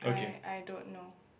I I don't know